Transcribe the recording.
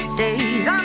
days